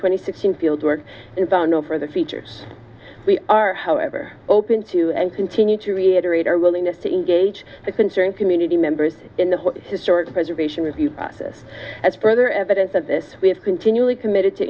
twenty six team field work is done over the features we are however open to and continue to reiterate our willingness to engage the concerns community members in the historic preservation review process as further evidence of this we have continually committed to